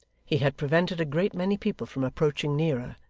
he had prevented a great many people from approaching nearer,